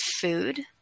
food